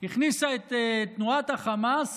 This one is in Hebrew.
הכניסה את תנועת החמאס